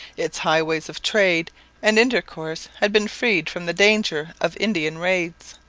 its highways of trade and intercourse had been freed from the danger of indian raids.